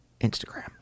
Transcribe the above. Instagram